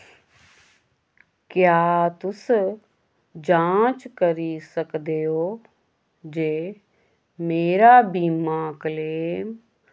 क्या तुस जांच करी सकदे ओ जे मेरा बीमा क्लेम